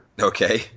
Okay